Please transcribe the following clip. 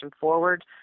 forward